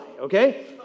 okay